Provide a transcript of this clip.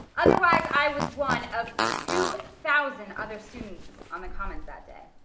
otherwise, i was one of two thousand other students on the commons that day.